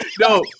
No